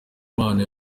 impano